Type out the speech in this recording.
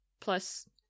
Plus